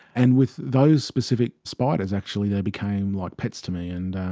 and with those specific spiders actually, they became like pets to me. and